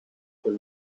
quel